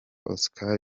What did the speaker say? oscar